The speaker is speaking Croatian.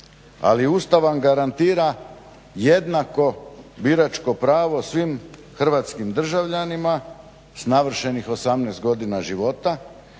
ali Ustav vam garantira jednako biračko pravo svim hrvatskim državljanima s navršenih 18 godina života